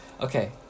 Okay